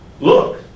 Look